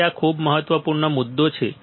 તેથી આ ખૂબ જ મહત્વપૂર્ણ મુદ્દાઓ છે